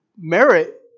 merit